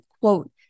quote